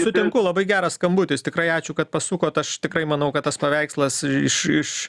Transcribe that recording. sutinku labai geras skambutis tikrai ačiū kad pasukot aš tikrai manau kad tas paveikslas iš iš